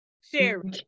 Sherry